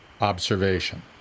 observation